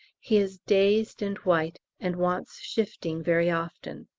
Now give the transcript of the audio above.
he is dazed and white, and wants shifting very often.